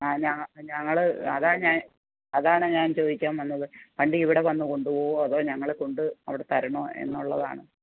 ആ ഞങ്ങൾ അതാണ് ഞാൻ അതാണ് ഞാൻ ചോദിക്കാൻ വന്നത് വണ്ടി ഇവിടെ വന്ന് കൊണ്ടുപോകുമോ അതോ ഞങ്ങൾ കൊണ്ട് അവിടെ തരണോ എന്ന് ഉള്ളതാണ്